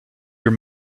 your